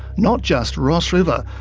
not just ross river,